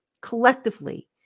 collectively